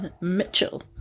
Mitchell